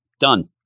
done